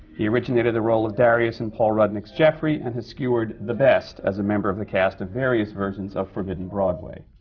he originated the role of darius in paul rudnick's jeffrey and has skewered the best as a member of the cast of and various versions of forbidden broadway.